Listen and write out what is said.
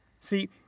See